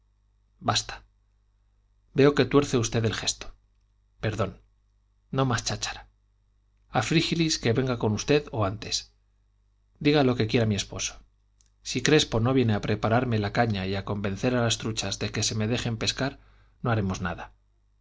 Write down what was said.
basta veo que tuerce usted el gesto perdón no más cháchara a frígilis que venga con usted o antes diga lo que quiera mi esposo si crespo no viene a prepararme la caña y a convencer a las truchas de que se dejen pescar no haremos nada